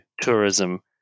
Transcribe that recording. tourism